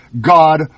God